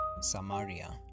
Samaria